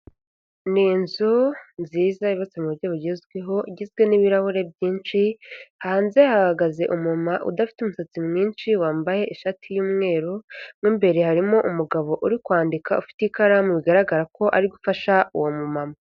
Ni inzu nziza yubatse mu buryo bugezweho igizwe n'ibirahure byinshi, hanze hahagaze umumama udafite umusatsi mwinshi wambaye ishati y'umweru, mo imbere harimo umugabo uri kwandika ufite ikaramu bigaragara ko ari gufasha uwo mumama.